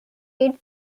its